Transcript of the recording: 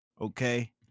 okay